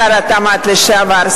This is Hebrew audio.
שר התמ"ת לשעבר,